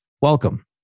Welcome